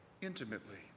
intimately